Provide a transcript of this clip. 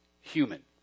human